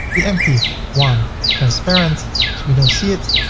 the empty one transparent. so we don't see it.